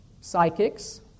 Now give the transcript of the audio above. psychics